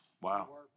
Wow